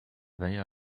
they